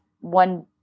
one